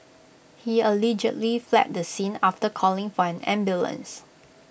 he allegedly fled the scene after calling for an ambulance